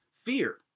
fear